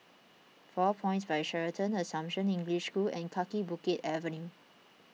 four Points By Sheraton Assumption English School and Kaki Bukit Avenue